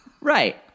Right